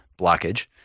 blockage